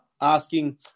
asking